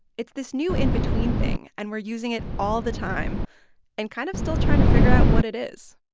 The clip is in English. it's this new, in-between thing, and we're using it all the time and kind of still trying to figure out what it is